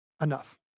enough